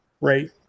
Right